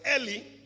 early